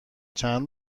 چند